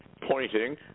Pointing